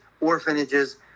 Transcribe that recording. orphanages